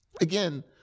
again